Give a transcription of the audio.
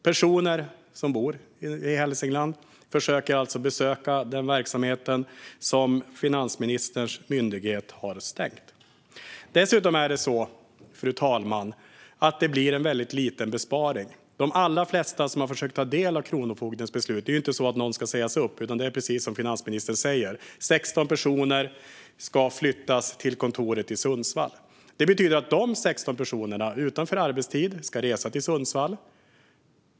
Personer som bor i Hälsingland försöker alltså besöka den verksamhet som finansministerns myndighet har stängt. Fru talman! Det blir dessutom en väldigt liten besparing. Det är ju ingen som ska sägas upp, utan precis som finansministern säger ska 16 personer flyttas till kontoret i Sundsvall. Det betyder att dessa 16 personer, utanför arbetstid, ska resa till Sundsvall.